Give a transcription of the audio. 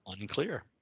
unclear